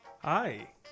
Hi